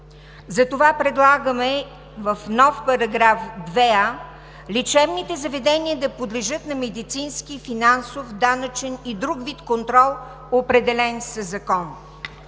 Затова предлагаме в нов § 2а лечебните заведения да подлежат на медицински, финансов, данъчен и друг вид контрол, определен със закон.